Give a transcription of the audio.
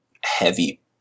heavy